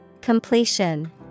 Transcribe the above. Completion